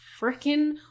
freaking